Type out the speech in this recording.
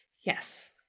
Yes